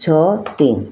ଛଅ ତିନି